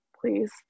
please